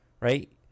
Right